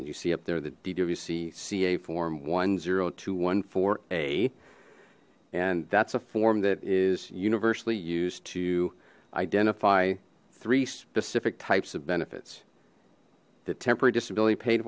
and you see up there the dwc ca form one zero to one for a and that's a form that is universally used to identify three specific types of benefits the temporary disability paid